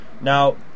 Now